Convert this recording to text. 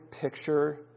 picture